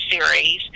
series